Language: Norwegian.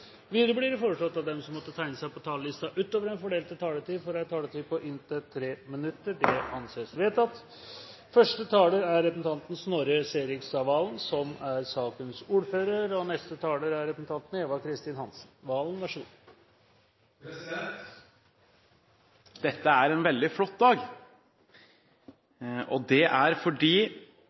Videre blir det foreslått at de som måtte tegne seg på talerlisten utover den fordelte taletid, får en taletid på inntil 3 minutter. – Det anses vedtatt. Dette er en veldig flott dag, og det er fordi regjeringens og